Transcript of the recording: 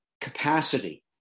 capacity